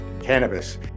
cannabis